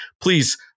please